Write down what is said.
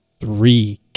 three